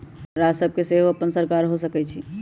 राज्य सभ के सेहो अप्पन सरकार हो सकइ छइ